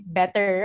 better